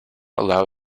allow